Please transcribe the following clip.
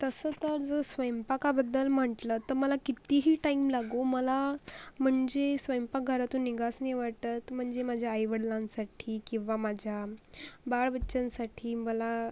तसं तर जर स्वयंपाकाबद्दल म्हटलं तर मला कित्तीही टाईम लागो मला म्हणजे स्वयंपाकघरातून निघावसं नाही वाटत म्हणजे माझ्या आईवडिलांसाठी किंवा माझ्या बाळबच्चांसाठी मला